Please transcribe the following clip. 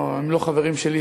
הם לא חברים שלי,